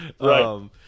right